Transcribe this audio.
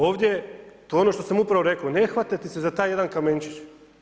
Ovdje, to je ono što sam upravo rekao, ne hvatajte se za taj jedan kamenčić.